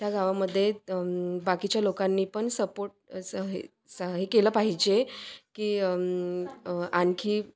त्या गावामध्ये त बाकीच्या लोकांनी पण सपोट असं हे स हे केलं पाहिजे की आणखी